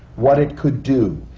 what it could do.